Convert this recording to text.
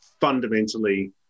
fundamentally